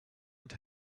and